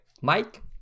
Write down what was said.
mike